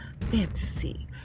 fantasy